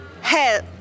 Hell